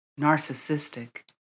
narcissistic